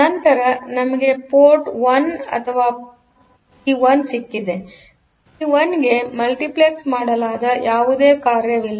ನಂತರ ನಮಗೆ ಪೋರ್ಟ್ 1 ಅಥವಾ ಪಿ 1 ಸಿಕ್ಕಿದೆ ಪಿ 1 ಗೆ ಮಲ್ಟಿಪ್ಲೆಕ್ಸ್ ಮಾಡಲಾದ ಯಾವುದೇ ಕಾರ್ಯವಿಲ್ಲ